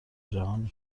جهانی